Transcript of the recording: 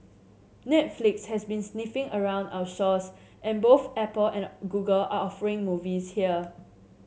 Netflix has been sniffing around our shores and both Apple and Google are offering movies here